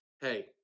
hey